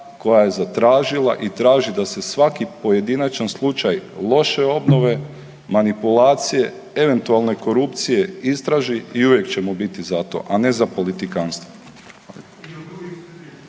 koja je zatražila i traži da se svaki pojedinačan slučaj loše obnove, manipulacije, eventualne korupcije istraži i uvijek ćemo biti za to, a ne za politikanstvo.